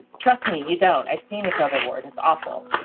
trust me, you don't. i've seen a covered ward. it's awful.